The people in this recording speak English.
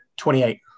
28